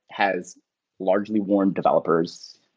has largely warm developers.